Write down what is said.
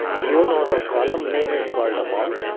you know the column name is called amount.